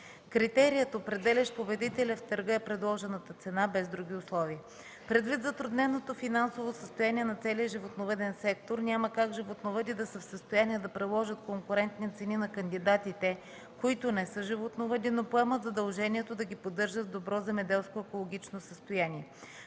Критерият, определящ победителя в търга, е предложената цена, без други условия. Предвид затрудненото финансово състояние на целия животновъден сектор няма как животновъди да са в състояние да предложат конкурентни цени на кандидатите, които не са животновъди, но поемат задължението да ги поддържат в добро земеделско екологично състояние.